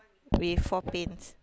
with four planes